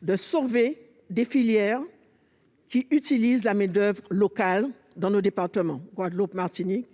de sauver des filières qui utilisent de la main-d'oeuvre locale dans nos départements de Guadeloupe et de Martinique.